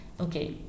okay